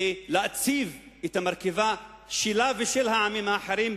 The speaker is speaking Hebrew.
ולהציב את המרכבה שלה ושל העמים האחרים,